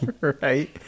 right